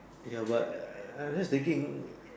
ya but I I'm just thinking